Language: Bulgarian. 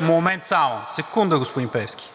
момент само, секунда, господин Пеевски,